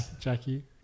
Jackie